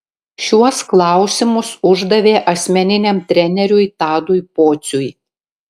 šiuos klausimus uždavė asmeniniam treneriui tadui pociui